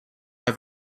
have